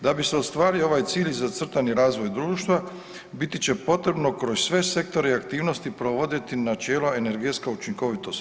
Da bi se ostvario ovaj cilj i zacrtani razvoj društva biti će potrebno kroz sve sektore i aktivnosti provoditi načela energetska učinkovitost.